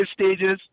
stages